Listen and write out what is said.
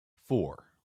four